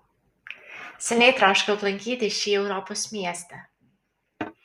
seniai troškau aplankyti šį europos miestą